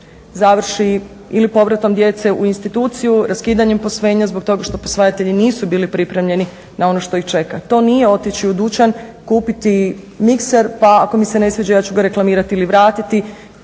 završi ili povratom djece u instituciju, raskidanjem posvojenja zbog toga što posvajatelji nisu bili pripremljeni na ono što ih čeka. To nije otići u dućan, kupiti mikser, pa ako mi se ne sviđa ja ću ga reklamirati ili vratiti